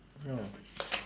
oh